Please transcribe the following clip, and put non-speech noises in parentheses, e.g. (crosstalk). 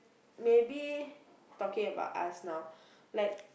maybe talking about us now (breath) like